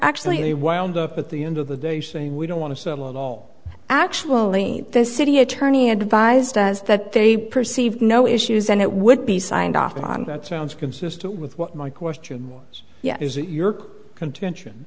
actually wound up at the end of the day saying we don't want to settle at all actually the city attorney advised us that they perceive no issues and it would be signed off on that sounds consistent with what my question was is it york contention